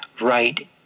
right